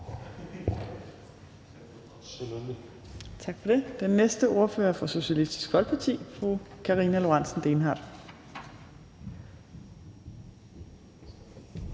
ordfører. Den næste ordfører er fra Socialistisk Folkeparti. Fru Karina Lorentzen Dehnhardt.